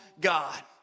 God